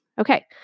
Okay